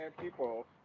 people